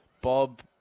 Bob